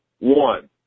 One